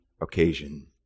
occasion